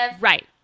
Right